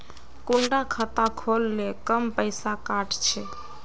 कुंडा खाता खोल ले कम पैसा काट छे?